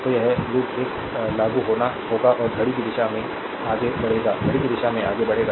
तो यह लूप एक लागू होगा और घड़ी की दिशा में आगे बढ़ेगा घड़ी की दिशा में आगे बढ़ेगा